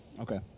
Okay